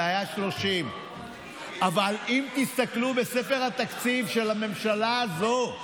זה היה 30. אבל אם תסתכלו בספר התקציב של הממשלה הזאת,